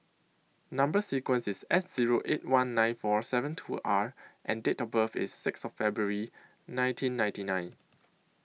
Number sequence IS S Zero eight one nine four seveen two R and Date of birth IS six of February nineteen ninety nine